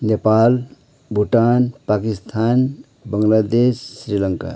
Nepal Bhutan Pakistan Bangladesh Sri Lanka